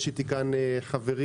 יש איתי כאן חברים,